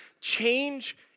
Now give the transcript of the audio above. change